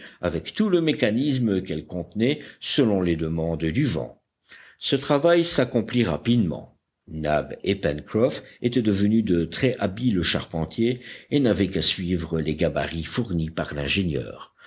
avec tout le mécanisme qu'elle contenait selon les demandes du vent ce travail s'accomplit rapidement nab et pencroff étaient devenus de très habiles charpentiers et n'avaient qu'à suivre les gabarits fournis par l'ingénieur